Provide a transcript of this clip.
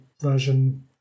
version